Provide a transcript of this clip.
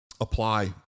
apply